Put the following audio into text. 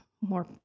more